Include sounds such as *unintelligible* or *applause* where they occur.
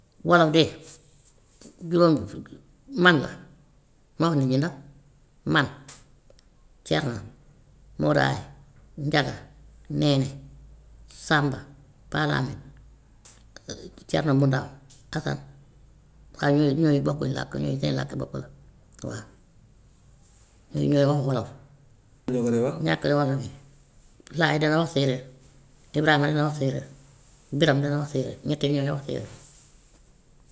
Wolof de juróom man la *unintelligible* man, thierno, modou ay, ngiaga, néné, samba, paa lame, *hesitation* thierno mu ndaw, assane, waaye ñooñu ñooñu bokkuñ làkk, ñooñu seen làkki bopp la waa ñii ñooy wax wolof. Lan ngeen di wax. Ñàkk wolof bi, saa waay dana wax séeréer, ibrahima dana wax séeréer, birame dana wax séeréer, ñett ñooñoo wax séeréer.